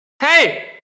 Hey